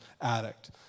addict